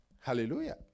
Hallelujah